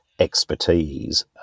expertise